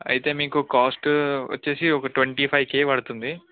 అయితే మీకు కాస్ట్ వచ్చేసి ఒక ట్వంటీ ఫైవ్ కే పడుతుంది